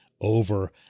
over